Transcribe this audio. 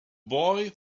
boy